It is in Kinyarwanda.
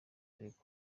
areke